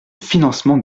financement